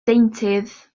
ddeintydd